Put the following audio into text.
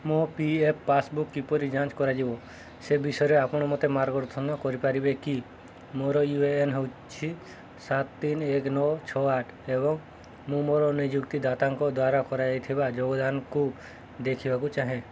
ମୋ P F passbook କିପରି ଯାଞ୍ଚ କରାଯିବ ସେ ବିଷୟରେ ଆପଣ ମୋତେ ମାର୍ଗଦର୍ଶନ କରିପାରିବେ କି ମୋର ୟୁ ଏ ଏନ୍ ହେଉଛି ସାତ ତିନ ଏକ ନଅ ଛଅ ଆଠ ଏବଂ ମୁଁ ମୋର ନିଯୁକ୍ତିଦାତାଙ୍କ ଦ୍ୱାରା କରାଯାଇଥିବା ଯୋଗଦାନକୁ ଦେଖିବାକୁ ଚାହେଁ